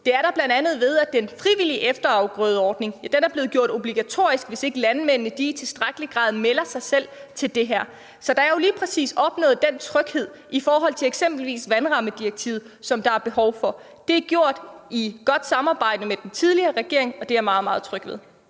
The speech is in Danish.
Det er der bl.a., ved at den frivillige efterafgrødeordning er blevet gjort obligatorisk, hvis ikke landmændene i tilstrækkelig grad melder sig selv til det her. Så der er jo lige præcis opnået den tryghed i forhold til eksempelvis vandrammedirektivet, som der er behov for. Det er gjort i et godt samarbejde med den tidligere regering, og det er jeg meget, meget tryg ved.